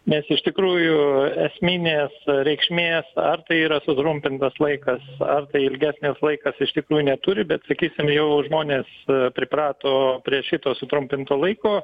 nes iš tikrųjų esminės reikšmės ar tai yra sutrumpintas laikas ar tai ilgesnis laikas iš tikrųjų neturi bet sakysim jau žmonės priprato prie šito sutrumpinto laiko